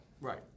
Right